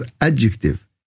adjective